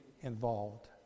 involved